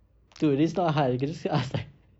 you can just sa~ ask like